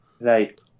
Right